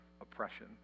oppression